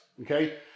Okay